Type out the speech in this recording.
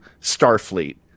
Starfleet